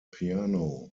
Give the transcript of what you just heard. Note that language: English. piano